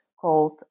called